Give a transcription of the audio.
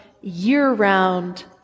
year-round